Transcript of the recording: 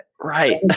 Right